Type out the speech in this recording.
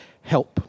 help